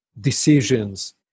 decisions